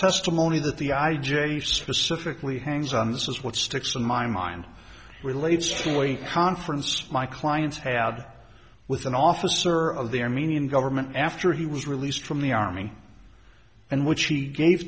testimony that the i j you specifically hangs on this is what sticks in my mind relates to a conference my clients had with an officer of the armenian government after he was released from the army and which he gave